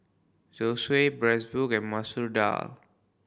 Zosui Bratwurst and Masoor Dal